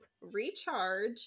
recharge